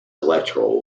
electoral